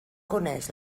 coneix